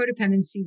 codependency